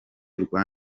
rwa